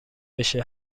بشه